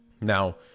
Now